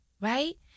right